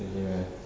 right